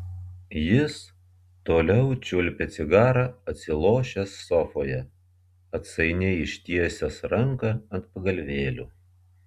jis toliau čiulpė cigarą atsilošęs sofoje atsainiai ištiesęs ranką ant pagalvėlių